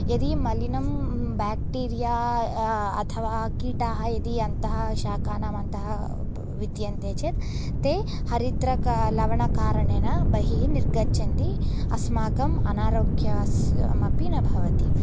यदि मलिनं बेक्टीरिया अथवा कीटाः यदि अन्तः शाकानामन्तः विद्यन्ते चेत् ते हरिद्रकलवणकारणेन बहिः निर्गच्छन्ति अस्माकम् अनारोग्यस् मपि न भवति